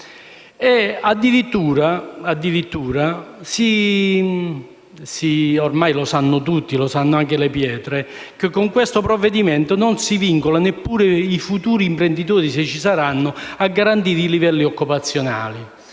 Addirittura, e lo sanno tutti comprese le pietre, con questo provvedimento non si vincolano neppure i futuri imprenditori, se ci saranno, a garantire i livelli occupazionali: